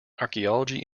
archaeology